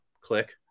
Click